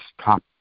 stop